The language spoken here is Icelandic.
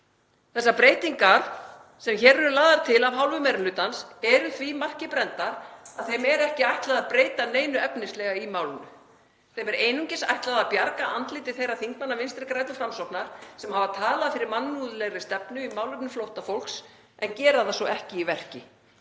Þessar breytingar sem hér eru lagðar til af hálfu meiri hlutans eru því marki brenndar að þeim er ekki ætlað að breyta neinu efnislega í málinu. Þeim er einungis ætlað að bjarga andliti þeirra þingmanna Vinstri grænna og Framsóknar sem hafa talað fyrir mannúðlegri stefnu í málefnum flóttafólks en gera það svo ekki í verki.